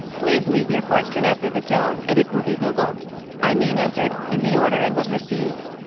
please leave your question after the tone and it will be googled i mean, answered in the order it was received